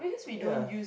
yeah